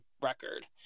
record